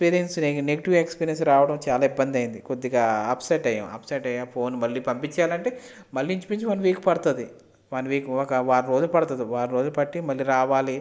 experience negative experience రావడం చాలా ఇబ్బంది అయింది కొద్దిగా అప్సెట్ అయ్యాము అప్సెట్ ఫోన్ మళ్ళీ పంపించేయాలి అంటే మళ్ళీ ఇంచుమించు వన్ వీక్ పడుతుంది వన్ వీక్ ఒక వారం రోజులు పడుతుంది వారం రోజులు పట్టి మళ్ళీ రావాలి